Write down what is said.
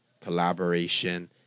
collaboration